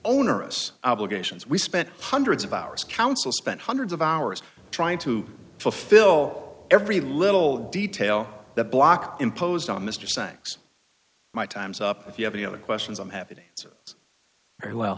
onerous obligations we spent hundreds of hours counsel spent hundreds of hours trying to fulfill every little detail that block imposed on mr saks my time's up if you have any other questions i'm happy so very well